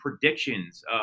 predictions